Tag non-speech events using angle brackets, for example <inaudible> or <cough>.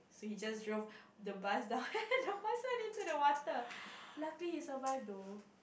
so he just drove the bus down <laughs> the person into the water lucky he survive though